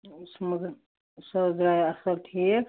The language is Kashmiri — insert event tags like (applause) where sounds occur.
(unintelligible) سۄ حظ دَراے اصٕل ٹھیٖک